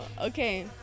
Okay